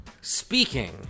Speaking